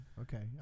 Okay